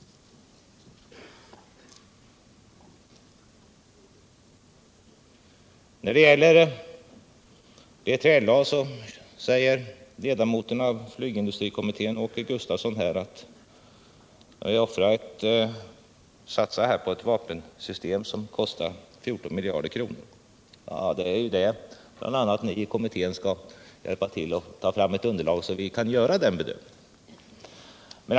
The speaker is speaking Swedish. När det gäller BILA säger ledarnoten av flygindustrikommittén Åke Gustavsson att jag har sagt att vi skall satsa på ett vapensystem som kostar 14 miljarder kronor. Men det är ni i kommittén som skall hjälpa till att ta fram ett underlag så att vi kan göra en bedömning.